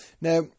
Now